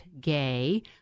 Gay